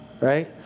Right